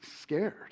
scared